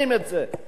אין קייס אחד,